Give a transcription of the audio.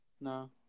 No